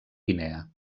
guinea